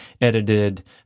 edited